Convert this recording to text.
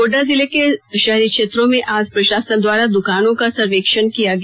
गोड्डा जिले के शहरी क्षेत्रों में आज प्रशासन द्वारा दुकानों का सर्वेक्षण किया गया